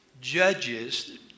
judges